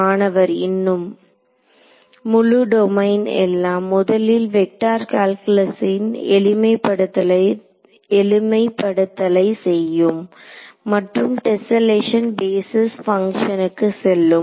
மாணவர் இன்னும் முழு டொமைன் எல்லாம் முதலில் வெக்டர் கால்குலஸின் எளிமைப்படுத்தலை செய்யும் மற்றும் டெஸ்ஸெல்லேஷன் பேஸிஸ் பங்ஷனுக்கு செல்லும்